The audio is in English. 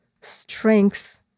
strength